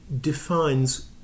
defines